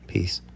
Peace